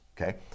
Okay